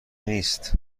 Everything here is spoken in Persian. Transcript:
نیست